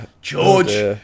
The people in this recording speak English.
George